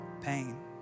pain